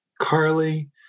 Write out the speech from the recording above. Carly